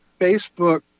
Facebook